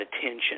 attention